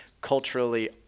culturally